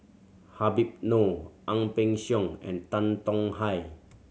Habib Noh Ang Peng Siong and Tan Tong Hye